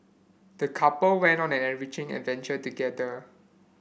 the couple went on an enriching adventure together